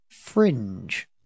fringe